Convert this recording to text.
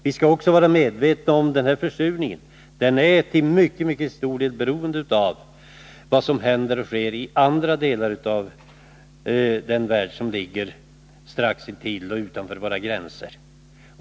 Vi skall också vara medvetna om att denna försurning till mycket stor del är beroende av vad som händer i den värld som ligger strax utanför våra gränser.